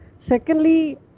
Secondly